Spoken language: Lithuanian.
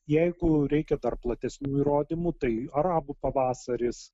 jeigu reikia dar platesnių įrodymų tai arabų pavasaris